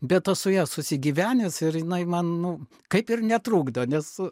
be aš su ja susigyvenęs ir jinai man nu kaip ir netrukdo nes